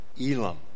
Elam